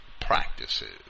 practices